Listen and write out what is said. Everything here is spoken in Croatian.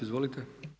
Izvolite.